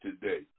today